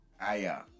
Aya